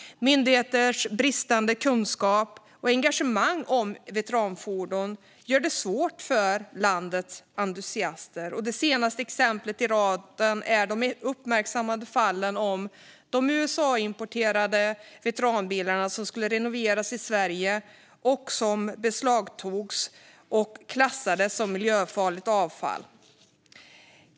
Myndigheters bristande kunskap och engagemang om veteranfordon gör det svårt för landets entusiaster. Det senaste exemplet i raden är de uppmärksammade fallen om de USA-importerade veteranbilarna som skulle renoveras i Sverige och som beslagtogs och klassades som miljöfarligt avfall.